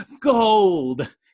gold